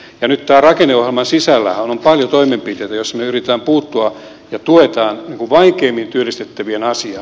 ja nyt tämän rakenneohjelman sisällähän on paljon toimenpiteitä joissa me yritämme puuttua ja tuemme vaikeimmin työllis tettävien asiaa